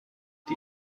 die